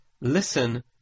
listen